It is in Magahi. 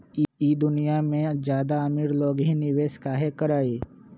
ई दुनिया में ज्यादा अमीर लोग ही निवेस काहे करई?